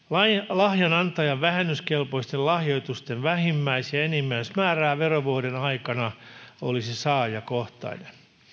lahjan antajan vähennyskelpoisten lahjoitusten vähimmäis ja enimmäismäärä verovuoden aikana olisi saajakohtainen